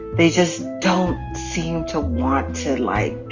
they just don't seem to want to, like,